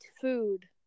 food